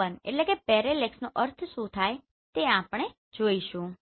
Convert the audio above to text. લંબનનો અર્થ શું થાય છે તે આપણે જોઈશું